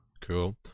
cool